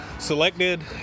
selected